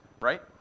Right